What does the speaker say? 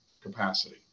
capacity